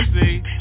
see